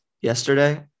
yesterday